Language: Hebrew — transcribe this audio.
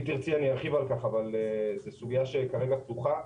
אם תרצי ארחיב על כך, אבל זו סוגיה שכרגע פתוחה.